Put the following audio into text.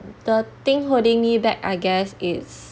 the thing holding me back I guess is